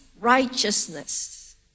righteousness